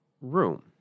room